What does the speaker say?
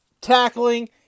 tackling